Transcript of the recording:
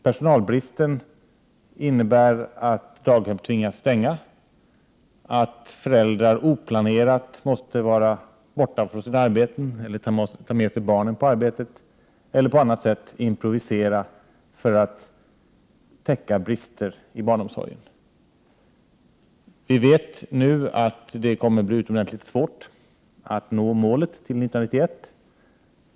Personalbristen medför att daghem tvingas stänga, att föräldrar oplanerat måste vara borta från sina arbeten, ta med sig barnen till arbetet eller på annat sätt improvisera för att täcka brister i barnomsorgen. Vi vet nu att det kommer att bli utomordentligt svårt att nå målet till 1991.